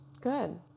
Good